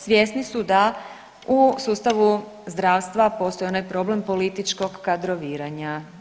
Svjesni su da u sustavu zdravstva postoji onaj problem političkog kadroviranja.